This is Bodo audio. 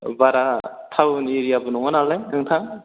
बारा टाउन एरियाबो नङा नालाय नोंथां